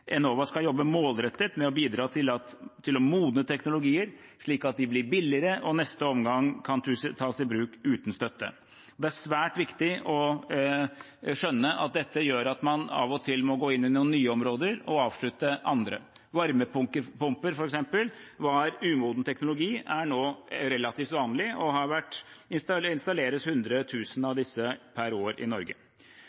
Enova skal jobbe målrettet med å bidra til å modne teknologier, slik at de blir billigere og i neste omgang kan tas i bruk uten støtte. Det er svært viktig å skjønne at dette gjør at man av og til må gå inn i noen nye områder og avslutte andre. Varmepumper, f.eks., var umoden teknologi og er nå relativt vanlig, og det installeres 100 000 av